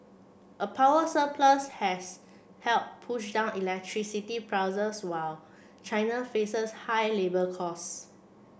a power surplus has helped push down electricity prices while China faces higher labour costs